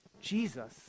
Jesus